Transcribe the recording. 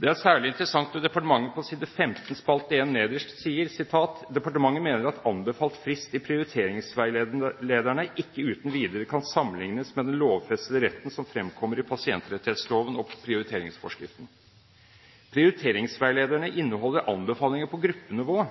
Det er særlig interessant når departementet sier på side 15, nederst i første spalte: «Departementet mener at anbefalt frist i prioriteringsveilederne ikke uten videre kan sammenliknes med den lovfestede retten som fremkommer i pasientrettighetsloven og prioriteringsforskriften. Prioriteringsveilederne inneholder anbefalinger på gruppenivå,